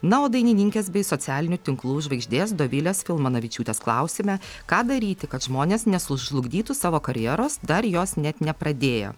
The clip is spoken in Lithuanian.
na o dainininkės bei socialinių tinklų žvaigždės dovilės filmanavičiūtės klausime ką daryti kad žmonės nesužlugdytų savo karjeros dar jos net nepradėję